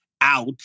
out